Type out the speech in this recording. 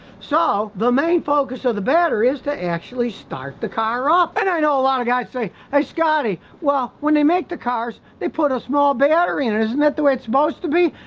so the main focus of so the battery is to actually start the car up, and i know a lot of guys say, hey scotty well when they make the cars they put a small battery and isn't it the way it's supposed to be,